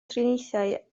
triniaethau